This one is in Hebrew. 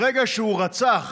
ברגע שהוא רצח